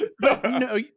no